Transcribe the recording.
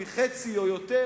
אם היא חצי או יותר,